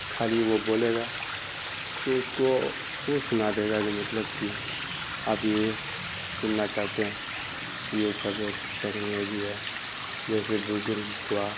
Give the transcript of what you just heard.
خالی وہ بولے گا تو اس کو وہ سنا دے گا جو مطلب کہ آپ یہ سننا چاہتے ہیں تو یہ سب ایک ٹیکنالوجی ہے جیسے بزرگ ہوا